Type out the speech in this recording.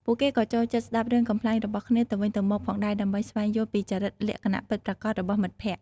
ពួកគេក៏ចូលចិត្តស្តាប់រឿងកំប្លែងរបស់គ្នាទៅវិញទៅមកផងដែរ ដើម្បីស្វែងយល់ពីចរិតលក្ខណៈពិតប្រាកដរបស់មិត្តភក្តិ។